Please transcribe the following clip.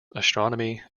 astronomy